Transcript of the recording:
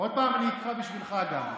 עוד פעם אני אקרא בשבילך גם.